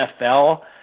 NFL